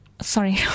Sorry